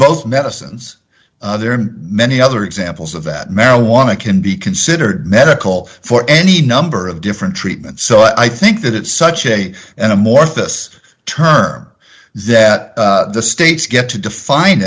both medicines there are many other examples of that marijuana can be considered medical for any number of different treatments so i think that it's such a an amorphous term that the states get to define